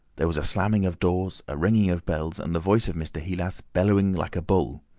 there was a slamming of doors, a ringing of bells, and the voice of mr. heelas bellowing like a bull.